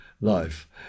life